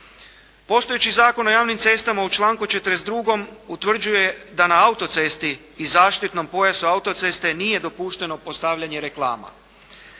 Postojeći Zakon o javnim cestama u članku 42. utvrđuje da na autocesti i zaštitnom pojasu autoceste nije dopušteno postavljanje reklama.